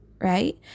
right